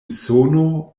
usono